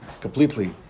completely